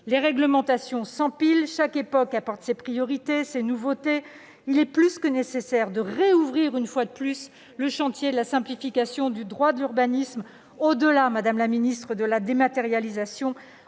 Les réglementations s'empilent : chaque époque apporte ses priorités et ses nouveautés. Il est plus que nécessaire de rouvrir le chantier de la simplification du droit de l'urbanisme, et ce au-delà de la dématérialisation,